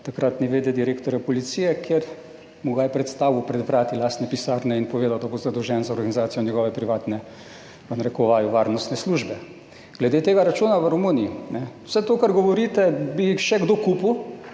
takratni v. d. direktorja policije, kjer mu ga je predstavil pred vrati lastne pisarne in povedal, da bo zadolžen za organizacijo njegove privatne, v narekovaju, "varnostne službe". Glede tega računa v Romuniji, kajne, vse to, kar govorite, bi še kdo kupil,